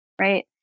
right